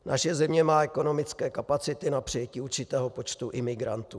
Naše země má ekonomické kapacity na přijetí určitého počtu imigrantů.